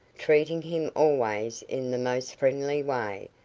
treating him always in the most friendly way,